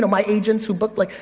my agents who booked, like,